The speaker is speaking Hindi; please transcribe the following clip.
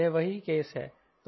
यह वही केस है